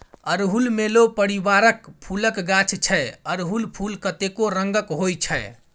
अड़हुल मेलो परिबारक फुलक गाछ छै अरहुल फुल कतेको रंगक होइ छै